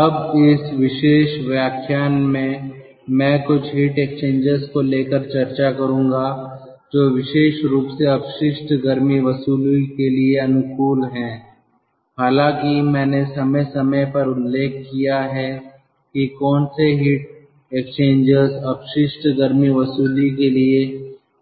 अब इस विशेष व्याख्यान में मैं कुछ हीट एक्सचेंजर्स को लेकर चर्चा करूंगा जो विशेष रूप से अपशिष्ट गर्मी वसूली के लिए अनुकूल हैं हालांकि मैंने समय समय पर उल्लेख किया है कि कौन से हीट एक्सचेंजर्स अपशिष्ट गर्मी वसूली के लिए